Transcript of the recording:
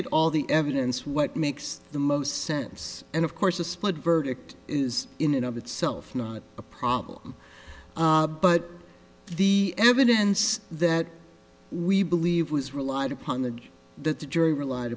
at all the evidence what makes the most sense and of course a split verdict is in and of itself not a problem but the evidence that we believe was relied upon the that the jury relied